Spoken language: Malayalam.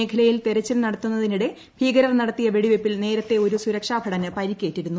മേഖലയിൽ തെരച്ചിൽ നടത്തുന്നതിനിടെ ഭീകരർ നടത്തിയ വെടിവയ്പിൽ നേരത്തെ ഒരു സുരക്ഷാ ഭടന് പരിക്കേറ്റിരുന്നു